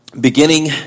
beginning